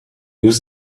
use